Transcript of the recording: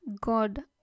God